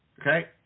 Okay